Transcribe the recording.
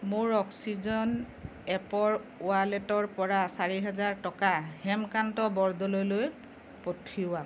মোৰ অক্সিজন এপৰ ৱালেটৰ পৰা চাৰি হেজাৰ টকা হেমকান্ত বৰদলৈলৈ পঠিয়াওক